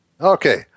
Okay